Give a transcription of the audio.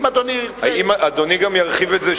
אם אדוני גם ירחיב את זה,